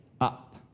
up